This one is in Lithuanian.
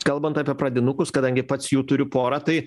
kalbant apie pradinukus kadangi pats jų turiu porą tai